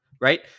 right